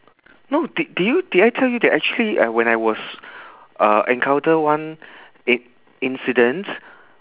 no did did you did I tell you that actually uh when I was uh encounter one i~ incident